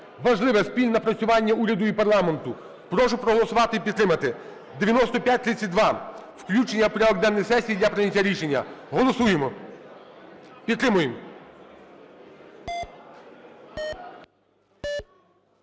Важливе спільне напрацювання уряду і парламенту. Прошу проголосувати і підтримати 9532, включення в порядок денний сесії для прийняття рішення. Голосуємо, підтримуємо.